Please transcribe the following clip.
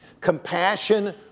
Compassion